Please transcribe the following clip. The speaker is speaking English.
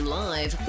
live